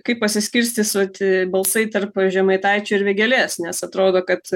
kaip pasiskirstys vat balsai tarp žemaitaičio ir vėgėlės nes atrodo kad